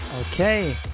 okay